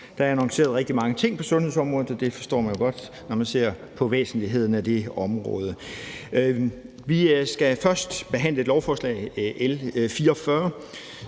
Der er annonceret rigtig mange ting på sundhedsområdet, og det forstår man jo godt, når man ser på væsentligheden af det område. Vi skal først behandle lovforslag L 44,